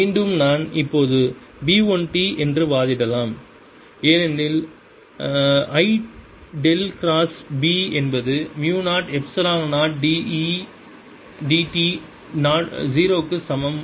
மீண்டும் நான் இப்போது B 1 t என்று வாதிடலாம் ஏனென்றால் I டெல் கிராஸ் B என்பது mu 0 epsilon 0 d E 0 d t க்கு சமம்